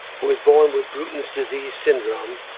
who was born with bruton's disease syndrome,